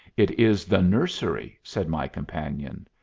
it is the nursery, said my companion.